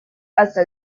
hasta